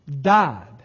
Died